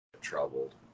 troubled